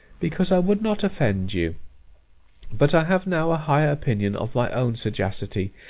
because i would not offend you but i have now a higher opinion of my own sagacity,